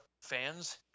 fans